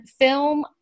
film